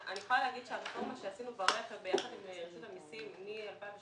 אני יכולה לומר שכל מה שעשינו ברכב יחד עם רשות המסים מ-2013,